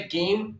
game